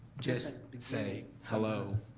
just say hello,